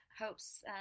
hopes